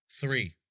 three